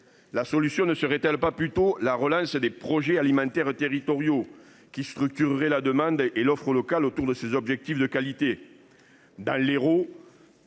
La solution ne serait-elle pas plutôt la relance des projets alimentaires territoriaux qui structuraient la demande et l'offre locale autour de ces objectifs de qualité.